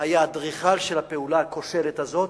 היה האדריכל של הפעולה הכושלת הזאת.